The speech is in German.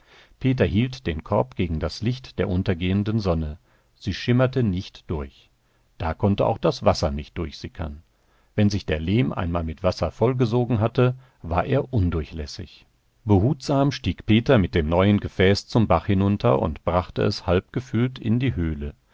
peter hielt den korb gegen das licht der untergehenden sonne sie schimmerte nicht durch da konnte auch das wasser nicht durchsickern wenn sich der lehm einmal mit wasser vollgesogen hatte war er undurchlässig behutsam stieg peter mit dem neuen gefäß zum bach hinunter und brachte es halbgefüllt in die höhle